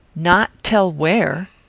not tell where?